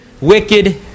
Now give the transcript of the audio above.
wicked